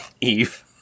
Eve